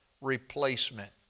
replacement